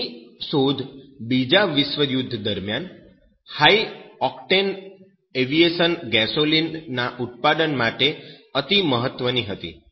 તેની શોધ બીજા વિશ્વયુદ્ધ દરમિયાન હાઈ ઑક્ટેન એવિએશન ગેસોલિન ના ઉત્પાદન માટે અતિ મહત્વની હતી